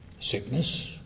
sickness